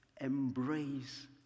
embrace